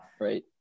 Right